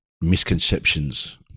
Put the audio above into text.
misconceptions